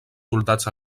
soldats